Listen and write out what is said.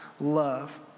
love